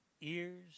ears